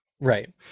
right